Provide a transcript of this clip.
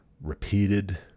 repeated